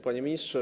Panie Ministrze!